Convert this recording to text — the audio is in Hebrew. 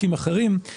ולנציגים האחרים לדבר,